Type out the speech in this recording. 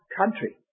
country